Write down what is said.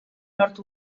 nord